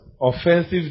Offensive